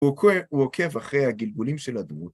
הוא עוקב אחרי הגלגולים של הדמות.